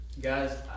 guys